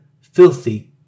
filthy